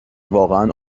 واقعا